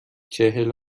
چهل